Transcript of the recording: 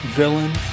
villain